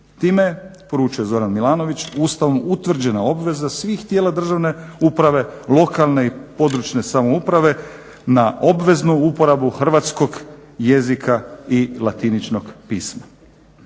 Time poručuje Zoran Milanović Ustavom utvrđena obveza svih tijela državne uprave, lokalne i područne samouprave na obveznu uporabu hrvatskog jezika i latiničnog pisma.